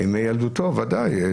מילדותו, ודאי.